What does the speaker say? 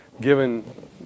given